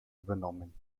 übernommen